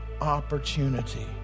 opportunity